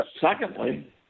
secondly